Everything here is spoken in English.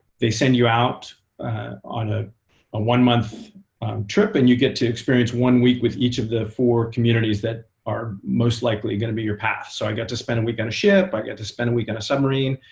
they send you out on a one month trip. and you get to experience one week with each of the four communities that are most likely going to be your path. so i got to spend a week on a ship, i got to spend a week on a submarine.